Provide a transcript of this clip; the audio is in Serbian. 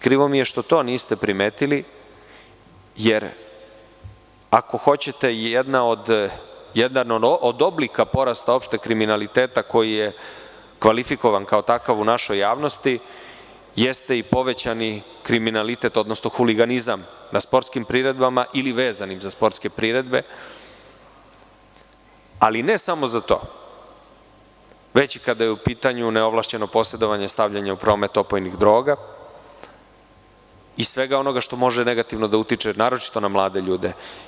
Krivo mi je što to niste primetili, jer ako hoćete, jedan od oblika porasta opšteg kriminaliteta koji je kvalifikovan kao takav u našoj javnosti jeste povećan kriminalitet, odnosno huliganizam na sportskim priredbama ili vezanim za sportske priredbe, ali ne samo za to, već kada je u pitanju neovlašćeno posedovanje i stavljanje u promet opojnih droga i svega onoga što može negativno da utiče, naročito, na mlade ljude.